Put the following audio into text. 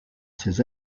ses